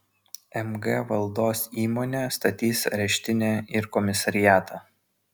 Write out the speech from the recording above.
mg valdos įmonė statys areštinę ir komisariatą